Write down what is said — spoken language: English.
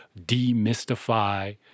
demystify